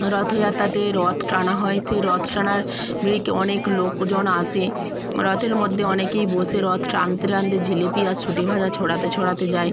রথযাত্রাতে রথ টানা হয় সেই রথ টানার অনেক লোকজন আসে রথের মধ্যে অনেকেই বসে রথ টানতে টানতে জিলিপি আর শুঁটি ভাজা ছড়াতে ছড়াতে যায়